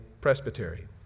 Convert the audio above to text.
Presbytery